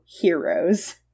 Heroes